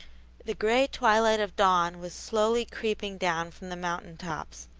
the gray twilight of dawn was slowly creeping down from the mountain-tops,